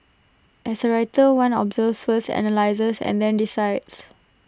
as A writer one observes first analyses and then decides